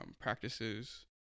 practices